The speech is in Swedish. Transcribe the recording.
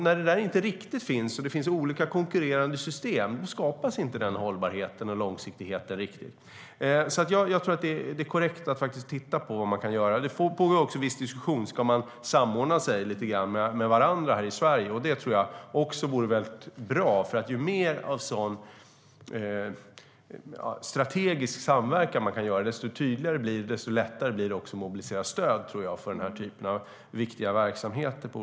När det inte riktigt finns och det finns olika konkurrerande system skapas inte den hållbarheten och långsiktigheten. Jag tror att det är korrekt att titta på vad man kan göra. Det pågår också viss diskussion om ifall man ska samordna sig med varandra här i Sverige. Det tror jag vore bra, för ju mer av sådan strategisk samverkan man kan åstadkomma, desto tydligare och lättare blir det att mobilisera stöd för den här typen av viktiga verksamheter.